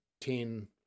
ten